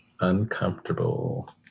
Uncomfortable